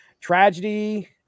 tragedy